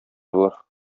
болар